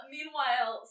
Meanwhile